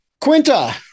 Quinta